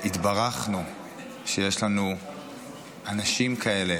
התברכנו שיש לנו אנשים כאלה